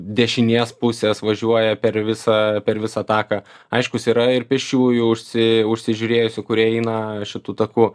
dešinės pusės važiuoja per visą per visą taką aiškus yra ir pėsčiųjų užsi užsižiūrėjusių kurie eina šitu taku